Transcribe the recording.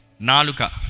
Naluka